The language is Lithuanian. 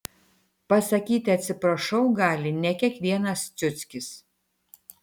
pasakyti atsiprašau gali ne kiekvienas ciuckis